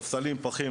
כמו ספסלים ופחים,